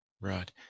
Right